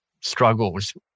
struggles